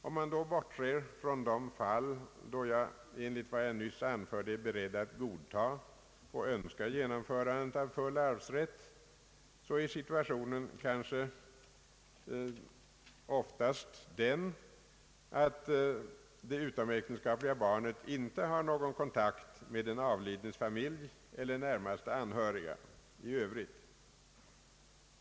Om man då bortser från de fall, då jag enligt vad jag nyss anförde är beredd att godta och önskar genomförandet av full arvsrätt, är situationen i flertalet fall kanske den att det utomäktenskapliga barnet inte har någon kontakt med den avlidnes familj eller närmaste anhöriga i övrigt.